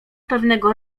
pewnego